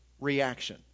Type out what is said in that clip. reaction